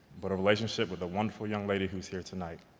but a relationship with a wonderful young lady who is here tonight.